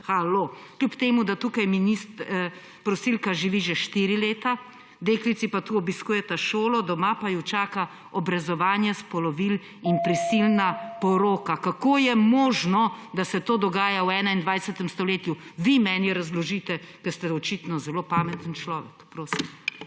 da tukaj prosilka živi že štiri leta, deklici tu obiskujeta šolo, doma pa ju čakata obrezovanje spolovil in prisilna poroka. Kako je možno, da se to dogaja v 21. stoletju? Vi meni razložite, ker ste očitno zelo pameten človek. Prosim.